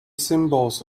symbols